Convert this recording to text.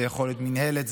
זה יכול להיות מינהלת,